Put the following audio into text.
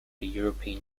european